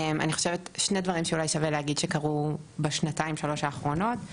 אני חושבת שני דברים שאולי שווה להגיד שקרו בשנתיים-שלוש האחרונות,